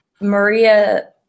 Maria